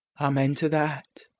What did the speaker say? amen to that.